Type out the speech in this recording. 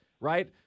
right